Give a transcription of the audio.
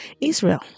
Israel